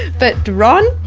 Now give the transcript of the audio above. but to ron,